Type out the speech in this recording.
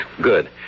Good